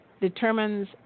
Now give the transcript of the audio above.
determines